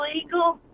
illegal